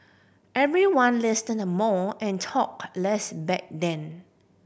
everyone listened more and talked less back then